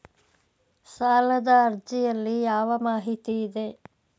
ಸಾಲದ ಅರ್ಜಿಯಲ್ಲಿ ಯಾವ ಮಾಹಿತಿ ಇದೆ?